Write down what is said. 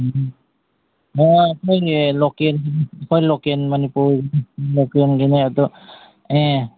ꯎꯝ ꯍꯣꯏ ꯑꯩꯈꯣꯏꯒꯤ ꯂꯣꯀꯦꯜꯒꯤꯅꯤ ꯑꯩꯈꯣꯏ ꯂꯣꯀꯦꯟ ꯃꯅꯤꯄꯨꯔꯒꯤꯅꯤ ꯂꯣꯀꯦꯟꯒꯤꯅꯦ ꯑꯗꯣ ꯑꯦ